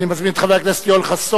אני מזמין את חבר הכנסת יואל חסון,